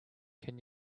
can